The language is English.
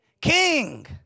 King